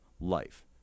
life